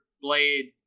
blade